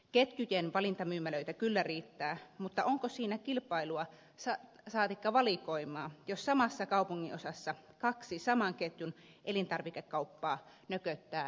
ketjujen valintamyymälöitä kyllä riittää mutta onko siinä kilpailua saatikka valikoimaa jos samassa kaupunginosassa kaksi saman ketjun elintarvikekauppaa nököttää rinta rinnan